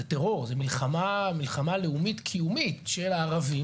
זה טרור זה מלחמה לאומית קיומית של הערבים